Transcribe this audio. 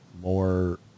more